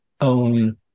own